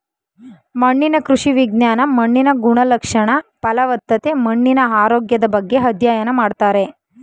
ಮಣ್ಣಿನ ಕೃಷಿ ವಿಜ್ಞಾನ ಮಣ್ಣಿನ ಗುಣಲಕ್ಷಣ, ಫಲವತ್ತತೆ, ಮಣ್ಣಿನ ಆರೋಗ್ಯದ ಬಗ್ಗೆ ಅಧ್ಯಯನ ಮಾಡ್ತಾರೆ